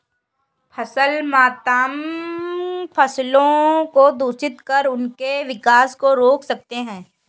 फसल मातम फसलों को दूषित कर उनके विकास को रोक सकते हैं